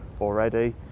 already